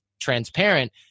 transparent